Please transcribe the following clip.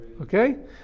Okay